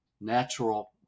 natural